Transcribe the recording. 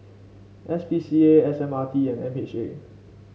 S P C A S M R T and M H A